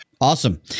Awesome